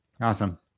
Awesome